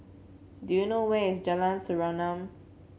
do you know where is Jalan Serengam